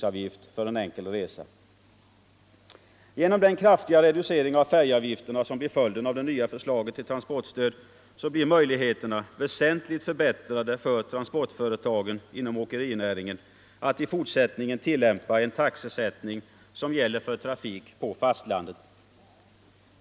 An Genom den kraftiga reducering av färjeavgifterna som blir följden om det nya förslaget till transportstöd genomförs blir möjligheterna väsentligt förbättrade för transportföretagen inom åkerinäringen att i fortsättningen tillämpa den taxesättning som gäller för trafik på fastlandet.